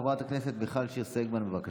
חברת הכנסת מיכל שיר סגמן, בבקשה.